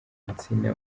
insina